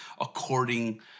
according